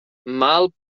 mal